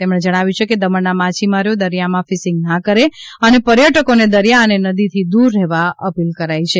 તેઓએ જણાવ્યુ કે દમણના માછીમારો દરિયામાં ફિસિંગ ના કરે અને પર્યટકોને દરિયા અને નદી થી દ્દર રહેવા અપીલ કરી છે